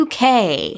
UK